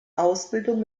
ausbildung